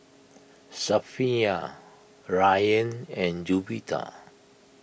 Safiya Ryan and Juwita